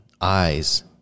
eyes